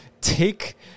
take